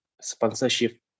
sponsorship